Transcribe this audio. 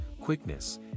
quickness